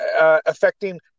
affecting